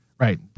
Right